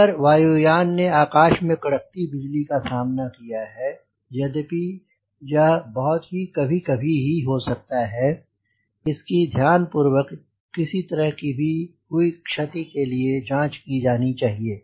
अगर वायु यान ने आकाश में कड़कती बिजली का सामना किया है यद्यपि यह बहुत ही कभी कभी ही हो सकता है इसकी ध्यान पूर्वक किसी तरह की भी हुई क्षति के लिए जांच की जानी चाहिए